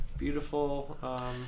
beautiful